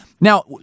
Now